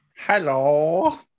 hello